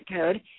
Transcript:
code